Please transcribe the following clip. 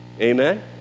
Amen